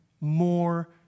more